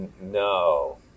no